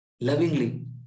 lovingly